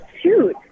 shoot